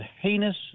heinous